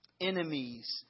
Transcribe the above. Enemies